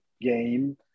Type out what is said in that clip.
game